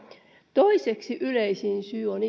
toiseksi yleisin syy on